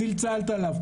צלצלת אליו,